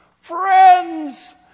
Friends